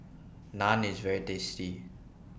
Naan IS very tasty